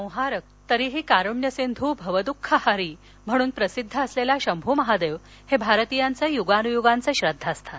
सहारक तरीही कारुण्यसिंधू भवदुःखहारी म्हणून प्रसिद्ध असलेला शंभूमहादेव हे भारतीयांच युगानुयुगांच श्रद्वास्थान